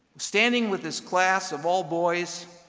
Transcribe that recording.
standing with his class of all boys,